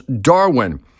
Darwin